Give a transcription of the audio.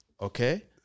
Okay